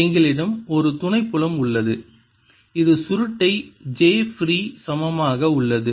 எங்களிடம் ஒரு துணை புலம் உள்ளது இது சுருட்டை j ஃப்ரீ சமமாக உள்ளது